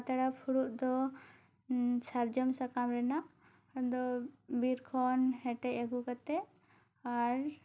ᱯᱟᱛᱲᱟ ᱯᱷᱩᱲᱩᱵ ᱫᱚ ᱥᱟᱨᱡᱚᱢ ᱥᱟᱠᱟᱢ ᱨᱮᱱᱟᱝ ᱟᱫᱚ ᱵᱤᱨ ᱠᱷᱚᱱ ᱦᱮᱴᱮᱡ ᱟᱹᱜᱩ ᱠᱟᱛᱮᱜ ᱟᱨ